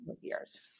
years